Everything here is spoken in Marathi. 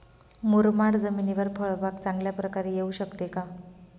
मुरमाड जमिनीवर फळबाग चांगल्या प्रकारे येऊ शकते का?